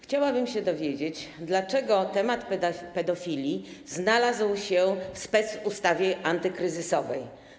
Chciałabym się dowiedzieć, dlaczego temat pedofilii znalazł się w specustawie antykryzysowej.